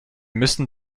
müssen